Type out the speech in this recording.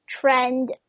trend